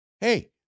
Hey